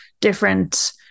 different